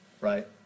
right